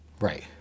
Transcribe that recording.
Right